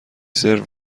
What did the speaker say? سرو